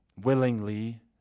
Willingly